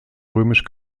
römisch